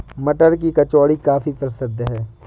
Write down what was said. मटर की कचौड़ी काफी प्रसिद्ध है